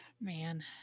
Man